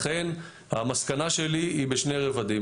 לכן המסקנה שלי היא בשני רבדים.